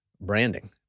branding